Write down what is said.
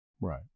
Right